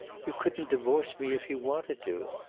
you couldn't divorce me if you wanted to.